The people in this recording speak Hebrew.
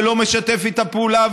ולא משתף איתה פעולה,